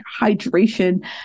hydration